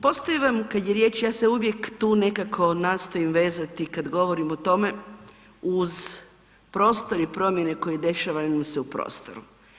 Postoji vam, kad je riječ, ja se uvijek tu nekako nastojim vezati kad govorim o tome uz prostor i promjene koje dešavaju nam se u prostoru.